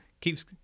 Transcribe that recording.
keeps